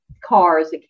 cars